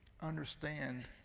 understand